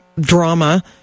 drama